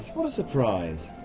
what a surprise!